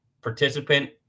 participant